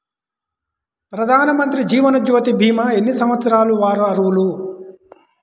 ప్రధానమంత్రి జీవనజ్యోతి భీమా ఎన్ని సంవత్సరాల వారు అర్హులు?